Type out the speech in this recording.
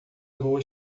lua